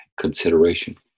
consideration